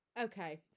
Okay